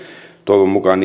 toivon mukaan